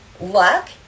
luck